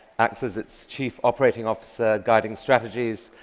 acts as its chief operating officer, guiding strategies,